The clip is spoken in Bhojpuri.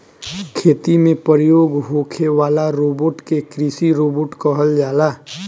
खेती में प्रयोग होखे वाला रोबोट के कृषि रोबोट कहल जाला